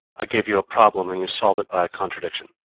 i gave you a problem, and you solve it by a contradiction.